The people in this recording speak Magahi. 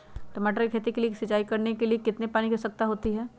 टमाटर की खेती के लिए सिंचाई करने के लिए कितने पानी की आवश्यकता होती है?